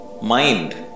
Mind